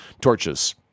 torches